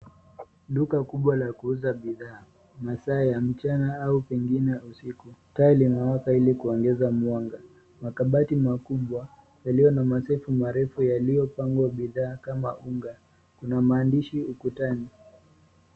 Duka kubwa la kuuza bidhaa. Masaa ya mchana au pengine ya usiku. Taa limewaka ili kuongeza mwanga. Makabati makubwa yaliyo na mashelfu marefu yaliyopangwa bidhaa kama unga. Kuna maandishi ukutani.